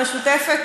המשותפת